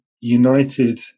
United